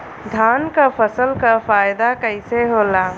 धान क फसल क फायदा कईसे होला?